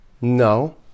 No